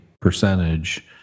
percentage